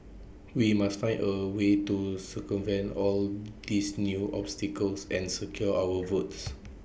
we must find A way to circumvent all these new obstacles and secure our votes